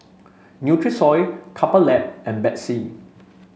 Nutrisoy Couple Lab and Betsy